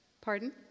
Pardon